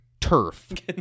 Turf